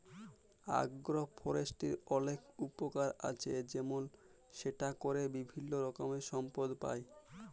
আগ্র ফরেষ্ট্রীর অলেক উপকার আছে যেমল সেটা ক্যরে বিভিল্য রকমের সম্পদ পাই